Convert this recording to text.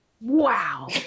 Wow